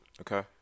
Okay